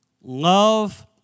love